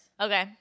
Okay